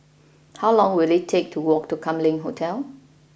how long will it take to walk to Kam Leng Hotel